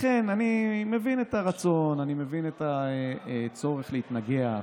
לכן אני מבין את הרצון, אני מבין את הצורך להתנגח,